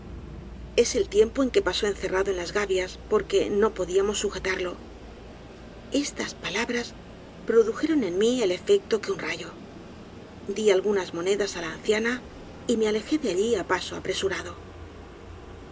es el tiempo que pasó encerrado en las gabias porque no podíamos sujetarlo estas palabras produjeron en mi el efecto que un rayo di algunas monedas á la anciana y me alejé de allí á paso apresurado